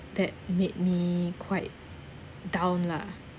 that made me quite down lah